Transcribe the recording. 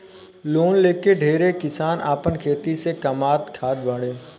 loan लेके ढेरे किसान आपन खेती से कामात खात बाड़े